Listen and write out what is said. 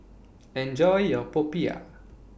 Enjoy your Popiah